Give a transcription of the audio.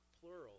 plural